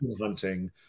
hunting